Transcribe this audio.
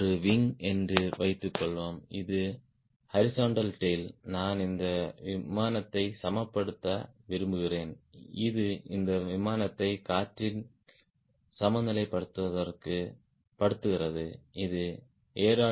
இது ஒரு விங் என்று வைத்துக்கொள்வோம் இது ஹாரிஸ்ன்ட்டல் டைல் நான் இந்த ஏர்பிளேன்யை சமப்படுத்த விரும்புகிறேன் இது இந்த ஏர்பிளேன்யை காற்றில் சமநிலைப்படுத்துகிறது இது a